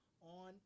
on